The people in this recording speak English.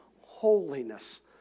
holiness